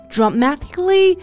Dramatically